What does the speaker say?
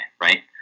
Right